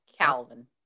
Calvin